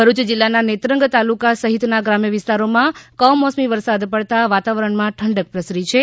ભરૂચ જિલ્લાનાં નેત્રંગ તાલુકા સહિતનાં ગ્રામ્ય વિસ્તારોમાં કમોસમી વરસાદ પડતાં વાતાવરણમાં ઠંડક પ્રસરી છે